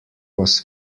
was